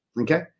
okay